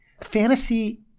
Fantasy